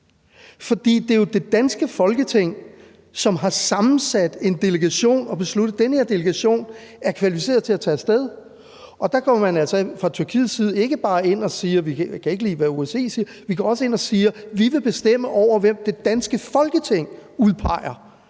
det er jo det danske Folketing, som har sammensat en delegation, og som har besluttet, at den her delegation er kvalificeret til at tage af sted. Og der går man altså fra Tyrkiets side ikke bare ind og siger, at man ikke kan lide, hvad OSCE siger, men man går også ind og siger, at man vil bestemme over, hvem det danske Folketing udpeger.